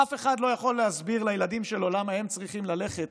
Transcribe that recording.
אף אחד לא יכול להסביר לילדים שלו למה הם צריכים ללכת